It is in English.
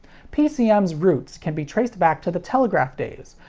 pcm's roots can be traced back to the telegraph days,